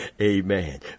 Amen